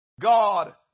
God